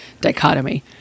dichotomy